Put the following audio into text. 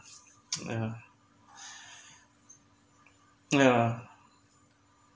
yeah yeah